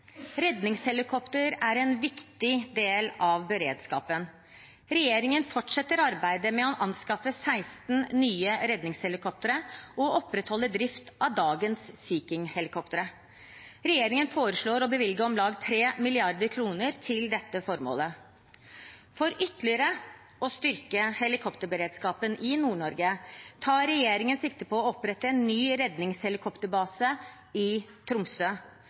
Redningshelikoptre er en viktig del av beredskapen. Regjeringen fortsetter arbeidet med å anskaffe 16 nye redningshelikoptre og opprettholder drift av dagens Sea King-helikoptre. Regjeringen foreslår å bevilge om lag 3 mrd. kr til dette formålet. For ytterligere å styrke helikopterberedskapen i Nord-Norge tar regjeringen sikte på å opprette en ny redningshelikopterbase i Tromsø.